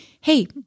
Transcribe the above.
hey